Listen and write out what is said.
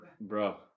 bro